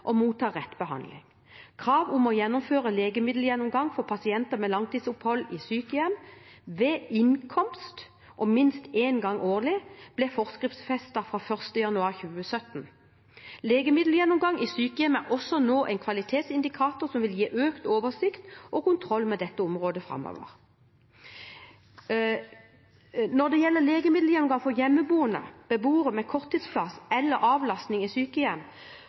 og mottar rett behandling. Et krav om å gjennomføre en legemiddelgjennomgang for pasienter med langtidsopphold i sykehjem ved innkomst og minst én gang årlig ble forskriftsfestet fra 1. januar 2017. Legemiddelgjennomgang i sykehjem er også nå en kvalitetsindikator som vil gi økt oversikt over og kontroll med dette området framover. Når det gjelder legemiddelgjennomgang for hjemmeboende, beboere med korttidsplass eller avlastning i sykehjem,